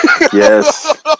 yes